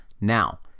Now